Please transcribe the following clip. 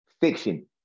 Fiction